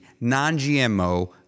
non-GMO